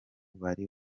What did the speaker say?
bari